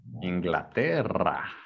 Inglaterra